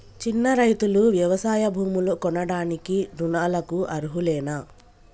చిన్న రైతులు వ్యవసాయ భూములు కొనడానికి రుణాలకు అర్హులేనా?